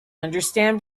understand